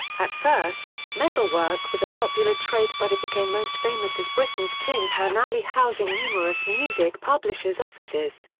at first, metalwork was a popular trade but it became most famous as britain's tin pan alley housing numerous music publishers' offices.